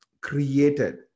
created